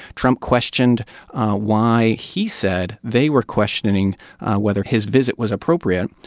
trump questioned why, he said, they were questioning whether his visit was appropriate.